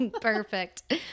perfect